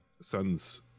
son's